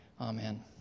Amen